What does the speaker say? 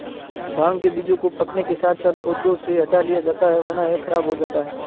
भांग के बीजों को पकने के साथ साथ पौधों से हटा लिया जाता है वरना यह खराब हो जाता है